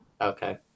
Okay